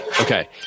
Okay